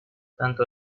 tanto